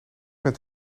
met